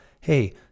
hey